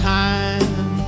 time